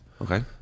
Okay